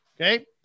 Okay